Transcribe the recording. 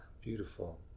Beautiful